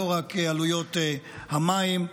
לא רק עלויות המים,